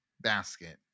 basket